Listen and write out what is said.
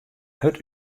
hurd